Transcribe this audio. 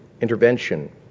intervention